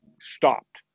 stopped